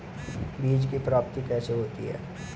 बीज की प्राप्ति कैसे होती है?